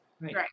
Right